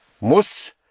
Muss